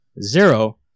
zero